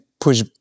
push